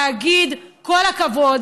להגיד: כל הכבוד,